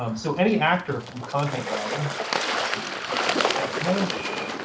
um so any actor from the content browser say, let's do static mesh